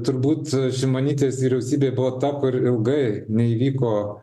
turbūt šimonytės vyriausybė buvo ta kur ilgai neįvyko